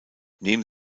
neben